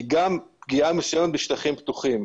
היא גם פגיעה מסוימת בשטחים פתוחים.